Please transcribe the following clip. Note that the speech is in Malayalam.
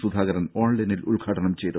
സുധാകരൻ ഓൺലൈനിൽ ഉദ്ഘാടനം ചെയ്തു